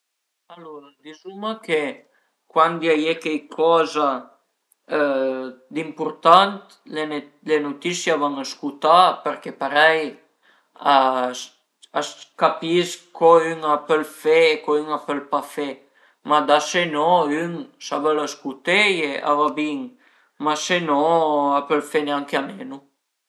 Alura dizuma che cuandi a ie cheicoza d'impurtant le nutisie a van scutà përché parei a s'capis co ün a pöl fe, co ün a pöl pa fe, ma da se no se ün a völ scuteie a va bin, ma se no a pöl fene anche a menu